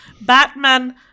Batman